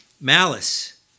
Malice